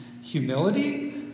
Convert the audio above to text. Humility